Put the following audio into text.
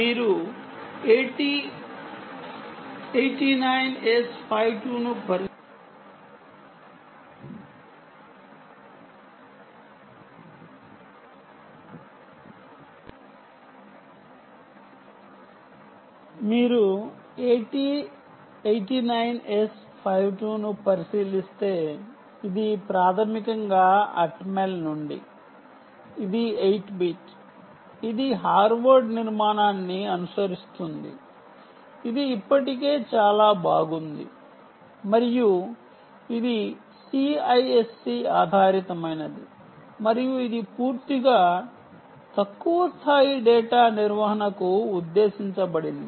మీరు AT 89S52 ను పరిశీలిస్తే ఇది ప్రాథమికంగా అట్మెల్ నుండి ఇది 8 బిట్ ఇది హార్వర్డ్ నిర్మాణాన్ని అనుసరిస్తుంది ఇది ఇప్పటికే చాలా బాగుంది మరియు ఇది CISC ఆధారితమైనది మరియు ఇది పూర్తిగా తక్కువ స్థాయి డేటా నిర్వహణ కు ఉద్దేశించబడింది